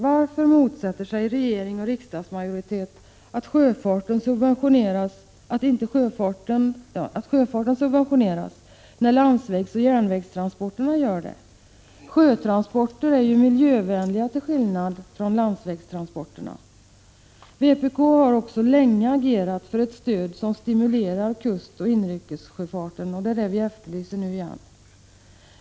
Varför motsätter sig regering och riksdagsmajoritet att sjöfarten subventioneras när landsvägsoch järnvägstransporterna subventioneras? Sjötransporter är ju miljövänliga till skillnad mot landsvägstransporterna. Vpk har länge agerat för ett stöd som stimulerar kustoch inrikessjöfarten, och vi efterlyser det igen.